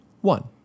One